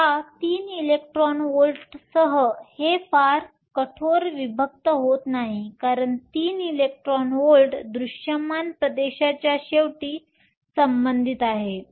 आता 3 इलेक्ट्रॉन व्होल्टसह हे फार कठोर विभक्त होत नाही कारण तीन इलेक्ट्रॉन व्होल्ट दृश्यमान प्रदेशाच्या शेवटी संबंधित आहेत